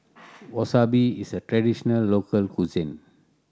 wasabi is a traditional local cuisine